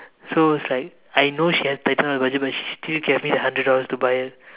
so is like I know she has tightened up the budget but she still gave me the hundred dollars to buy it